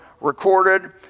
recorded